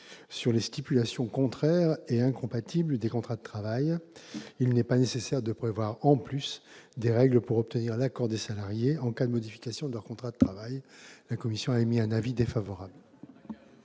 sur les stipulations contraires et incompatibles des contrats de travail, il n'est pas nécessaire de prévoir en plus des règles pour obtenir l'accord des salariés en cas de modification de leur contrat de travail. C'est incroyable ! La commission émet donc un avis défavorable.